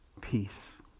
peace